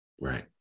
Right